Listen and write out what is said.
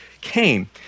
came